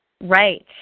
Right